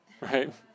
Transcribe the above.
right